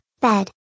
Bed